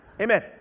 Amen